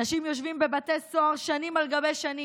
אנשים יושבים בבתי סוהר שנים על גבי שנים,